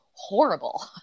horrible